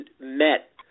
met